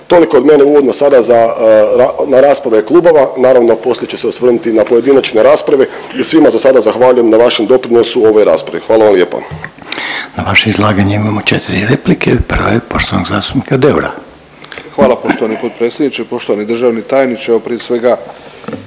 toliko od mene uvodno sada za, na rasprave klubova, naravno poslije ću se osvrnuti na pojedinačne rasprave i svima zasada zahvaljujem na vašem doprinosu u ovoj raspravi, hvala vam lijepa. **Reiner, Željko (HDZ)** Na vaše izlaganje imamo 4 replike, prva je poštovanog zastupnika Deura. **Deur, Ante (HDZ)** Hvala poštovani potpredsjedniče. Poštovani državni tajniče, evo prije svega